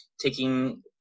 taking